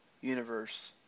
universe